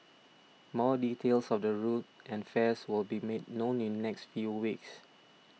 more details of the route and fares will be made known in next few weeks